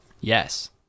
Yes